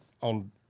on